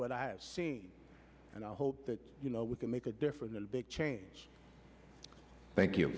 what i've seen and i hope that you know we can make a difference a big change thank you